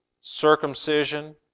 circumcision